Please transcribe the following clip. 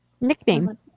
nickname